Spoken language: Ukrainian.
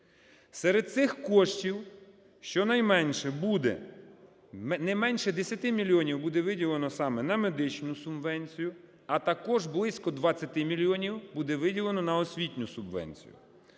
Серед цих коштів щонайменше буде, не менше 10 мільйонів буде виділено саме на медичну субвенцію, а також близько 20 мільйонів буде виділено на освітню субвенцію.